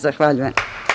Zahvaljujem.